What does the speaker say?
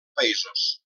països